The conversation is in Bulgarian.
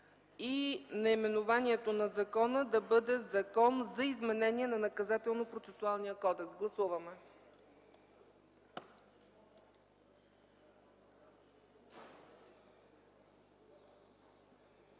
и наименованието на закона да бъде: „Закон за изменение на Наказателно-процесуалния кодекс”. Гласували